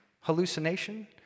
hallucination